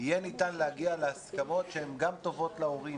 יהיה ניתן להגיע להסכמות שהן גם טובות להורים